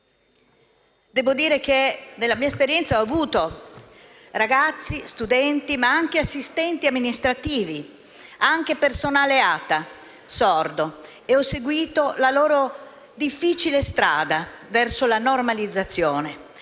Devo dire che nella mia esperienza ho avuto ragazzi, studenti, ma anche assistenti amministrativi, nonché personale ATA sordo di cui ho seguito la difficile strada verso la normalizzazione.